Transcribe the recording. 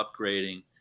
upgrading